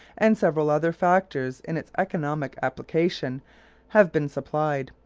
and several other factors in its economic application have been supplied.